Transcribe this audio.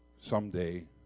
someday